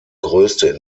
größte